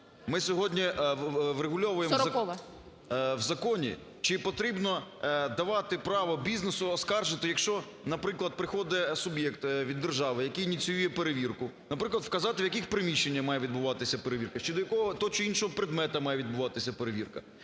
Ми сьогодні врегульовуємо в законі, чи потрібно давати право бізнесу оскаржити, якщо, наприклад, приходе суб'єкт від держави, який ініціює перевірку, наприклад, вказати, в яких приміщеннях має відбуватися перевірка, щодо якого того чи іншого предмету має відбуватися перевірка.